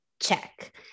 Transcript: check